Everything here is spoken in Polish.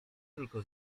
tylko